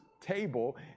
table